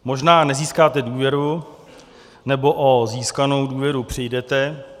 Možná nezískáte důvěru nebo o získanou důvěru přijdete.